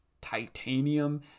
titanium